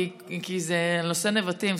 כי זה נושא נבטים,